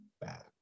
bad